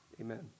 amen